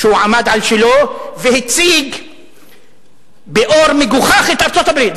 שהוא עמד על שלו והציג באור מגוחך את ארצות-הברית.